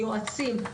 יועצים,